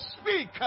speak